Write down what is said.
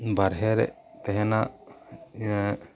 ᱵᱟᱨᱦᱮ ᱨᱮ ᱛᱟᱦᱮᱱᱟ